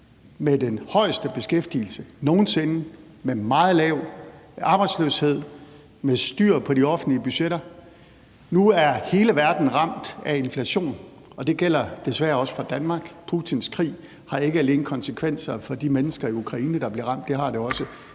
med den højeste beskæftigelse nogen sinde, med meget lav arbejdsløshed og med styr på de offentlige budgetter. Nu er hele verden ramt af inflation, og det gælder desværre også for Danmark. Putins krig har ikke alene konsekvenser for de mennesker i Ukraine, der bliver ramt, det har det også